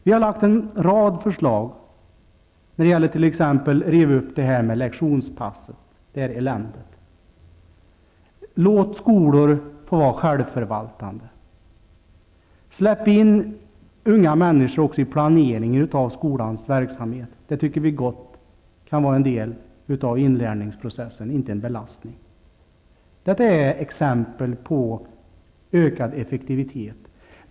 Vi har lagt fram en rad förslag när det gäller t.ex. att reda upp eländet med lektionspassen. Låt skolorna få vara självförvaltande. Släpp in unga människor i planeringen av skolans verksamhet. Det tycker vi gott kan vara en del av inlärningsprocessen -- inte en belastning. Det här är exempel på ökad effektivitet.